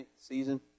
season